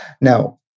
Now